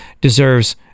deserves